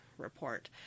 report